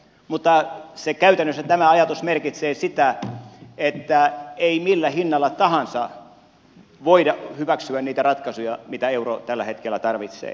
mutta käytännössä tämä ajatus merkitsee sitä että ei millä hinnalla tahansa voida hyväksyä niitä ratkaisuja mitä euro tällä hetkellä tarvitsee